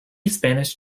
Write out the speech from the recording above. spanish